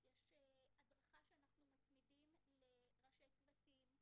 יש הדרכה שאנחנו מצמידים לראשי צוותים,